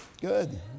good